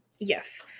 Yes